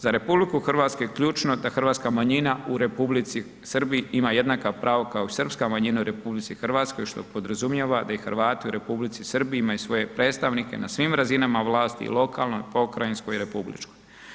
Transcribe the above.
Za RH je ključno da hrvatska manjina u Republici Srbiji ima jednaka prava kao i srpska manjina u RH, što podrazumijeva da i Hrvati u Republici Srbiji imaju svoje predstavnike na svim razinama vlasti i lokalnoj, pokrajinskoj i republičkoj.